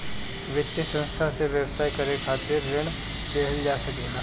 वित्तीय संस्था से व्यवसाय करे खातिर ऋण लेहल जा सकेला